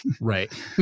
Right